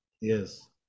Yes